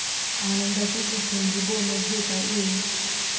आनंदाच्या प्रसंगी बोनस देता येईल